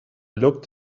looked